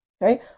right